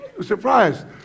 Surprised